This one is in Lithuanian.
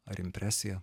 ar impresija